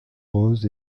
roses